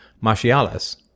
Martialis